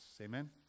Amen